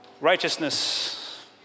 righteousness